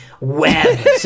web